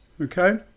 Okay